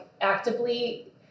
actively